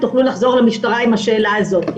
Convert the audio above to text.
תוכלו לחזור למשטרה עם השאלה הזאת.